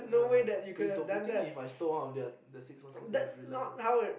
yeah pretty dope you think If I stole one of their the six one six they will realise or not